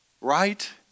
Right